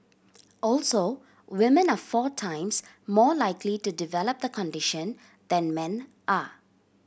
also women are four times more likely to develop the condition than men are